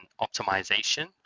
optimization